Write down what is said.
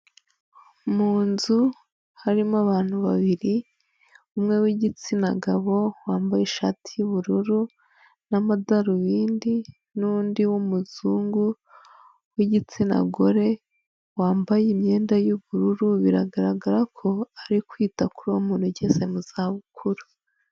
Mu nzu harimo abantu babiri umwe w'igitsina gabo wambaye ishati y'ubururu n'amadarubindi n'undi w'umuzungu w'igitsina gore wambaye imyenda y'ubururu biragaragara ko ari kwita kuri uwo muntu ugeze mu za bukuru.